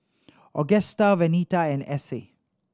Augusta Venita and Essie